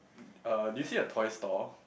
uh did you see a toy store